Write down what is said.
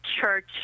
Church